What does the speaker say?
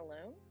alone